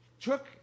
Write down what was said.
took